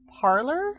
parlor